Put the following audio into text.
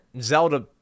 Zelda